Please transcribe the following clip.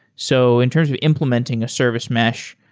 so in terms of implementing a service mash,